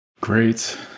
great